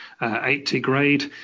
80-grade